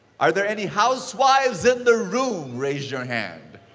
are there any housewives in the room? raise your hand.